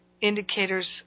indicators